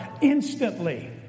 instantly